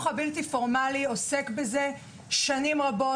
הבלתי פורמלי עוסק בזה שנים רבות.